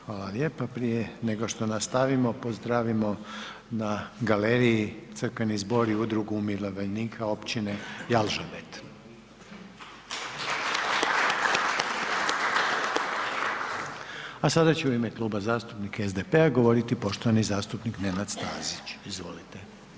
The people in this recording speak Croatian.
Hvala lijepa, prije nego što nastavimo pozdravimo na galeriji Crkveni zbor i Udrugu umirovljenika općine Jalžabet. … A sada će u ime Kluba zastupnika SDP-a govoriti poštovani zastupnik Nenad Stazić, izvolite.